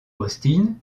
austin